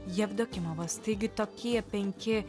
jevdokimovas taigi tokie penki